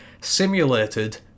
simulated